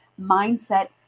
mindset